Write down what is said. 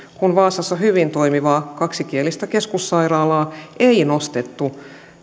kun vaasassa hyvin toimivaa kaksikielistä keskussairaalaa ei nostettu